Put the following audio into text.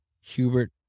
Hubert